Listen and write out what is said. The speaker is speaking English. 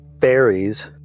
fairies